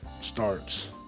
starts